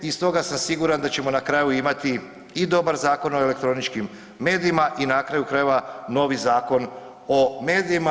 I stoga sam siguran da ćemo na kraju imati i dobar Zakon o elektroničkim medijima i na kraju krajeva novi Zakon o medijima.